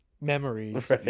memories